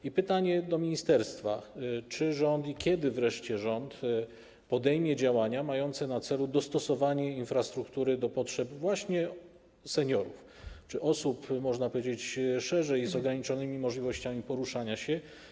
I pytanie do ministerstwa: Czy rząd i kiedy wreszcie rząd podejmie działania mające na celu dostosowanie infrastruktury do potrzeb właśnie seniorów czy osób, można powiedzieć szerzej, z ograniczonymi możliwościami poruszania się?